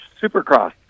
Supercross